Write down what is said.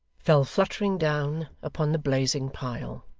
fell fluttering down upon the blazing pile